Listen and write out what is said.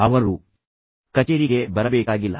ಅವರು ಕಚೇರಿಗೆ ಬರಬೇಕಾಗಿಲ್ಲ